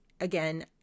again